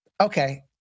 Okay